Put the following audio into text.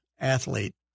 athlete